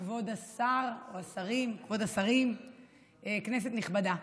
כבוד השרים, כנסת נכבדה,